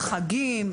חגים,